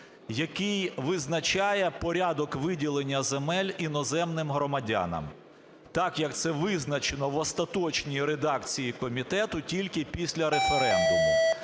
який визначає порядок виділення земель іноземним громадянам, так, як це визначено в остаточній редакції комітету: тільки після референдуму.